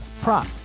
prop